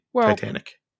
Titanic